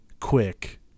quick